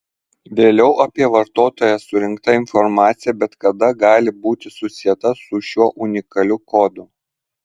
vėliau apie vartotoją surinkta informacija bet kada gali būti susieta su šiuo unikaliu kodu